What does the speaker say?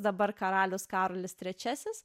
dabar karalius karolis trečiasis